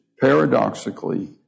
paradoxically